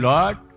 Lord